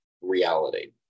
reality